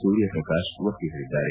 ಸೂರ್ಯ ಪ್ರಕಾಶ್ ಒತ್ತಿ ಹೇಳಿದ್ದಾರೆ